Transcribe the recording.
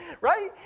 right